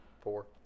Four